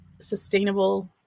sustainable